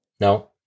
no